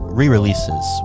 re-releases